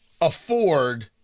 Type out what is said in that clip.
afford